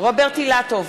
רוברט אילטוב,